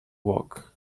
walk